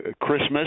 Christmas